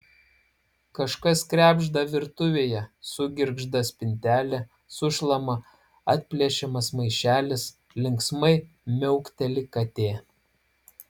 kažkas krebžda virtuvėje sugirgžda spintelė sušlama atplėšiamas maišelis linksmai miaukteli katė